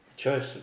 choice